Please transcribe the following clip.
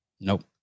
nope